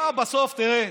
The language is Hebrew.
תראה,